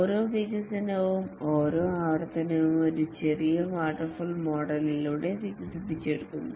ഓരോ വികസനവും ഓരോ ആവർത്തനവും ഒരു ചെറിയ വാട്ടർഫാൾ മോഡൽ യിലൂടെ വികസിപ്പിച്ചെടുക്കുന്നു